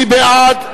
מי בעד?